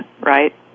right